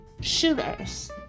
shooters